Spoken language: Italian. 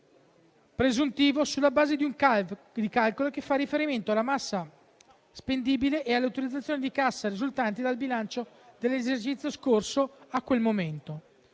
presuntivo sulla base di un calcolo che fa riferimento alla massa spendibile e alle autorizzazioni di cassa risultanti dal bilancio dell'esercizio in corso a quel momento.